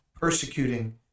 persecuting